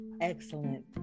excellent